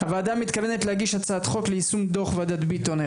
הוועדה מתכוונת להגיש הצעת חוק ליישום דו"ח ועדת ביטון,